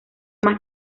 más